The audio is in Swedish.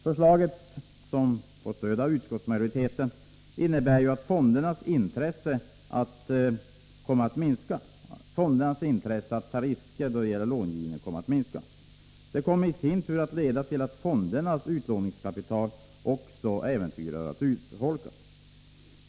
Förslaget, som får stöd av utskottsmajoriteten, innebär att fondernas intresse att ta risker då det gäller långivningen kommer att minska. Det kommer i sin tur att leda till att fondernas utlåningskapital riskerar att urholkas.